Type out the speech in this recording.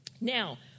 Now